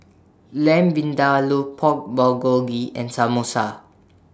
Lamb Vindaloo Pork Bulgogi and Samosa